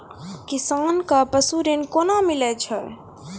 किसान कऽ पसु ऋण कोना मिलै छै?